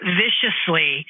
viciously